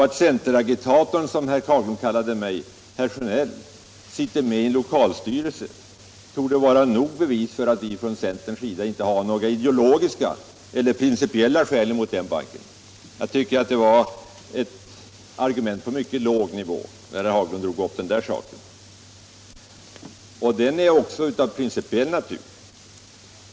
Att centeragitatorn herr Sjönell, som herr Haglund kallade mig, sitter med i en lokalstyrelse torde vara nog bevis för att vi från centerns sida inte har några ideologiska eller principiella invändningar mot banken. Jag tycker att det var ett argument på mycket låg nivå när herr Haglund drog upp den saken. Och den är också av principiell natur.